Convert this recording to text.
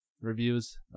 Reviews